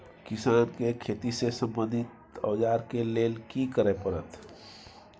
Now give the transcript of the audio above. किसान के खेती से संबंधित औजार के लेल की करय परत?